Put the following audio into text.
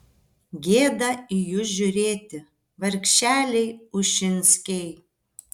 gėda į jus žiūrėti vargšeliai ušinskiai